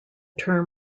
term